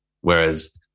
whereas